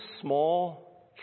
small